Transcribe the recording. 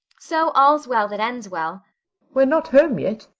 so all's well that ends well we're not home yet,